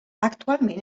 actualment